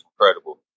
incredible